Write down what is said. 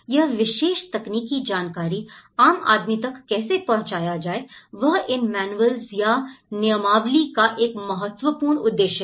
यह विशेष तकनीकी जानकारी आम आदमी तक कैसे पहुंचाया जाए वह इन मैनुएल्स या नियमावली का एक महत्वपूर्ण उद्देश्य है